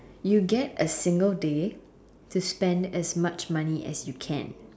you get a single day to spend as much money as you can